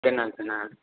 சரிண்ண சரிண்ண